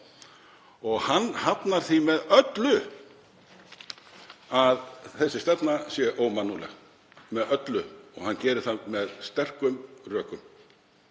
Hann hafnar því með öllu að þessi stefna sé ómannúðleg og hann gerir það með sterkum rökum.